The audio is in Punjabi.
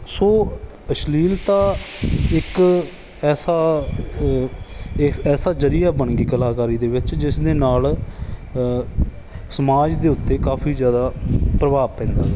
ਸੋ ਅਸ਼ਲੀਲਤਾ ਇੱਕ ਐਸਾ ਏਸ ਐਸਾ ਜ਼ਰੀਆ ਬਣ ਗਈ ਕਲਾਕਾਰੀ ਦੇ ਵਿੱਚ ਜਿਸ ਦੇ ਨਾਲ ਸਮਾਜ ਦੇ ਉੱਤੇ ਕਾਫੀ ਜ਼ਿਆਦਾ ਪ੍ਰਭਾਵ ਪੈਂਦਾ ਆ